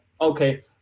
Okay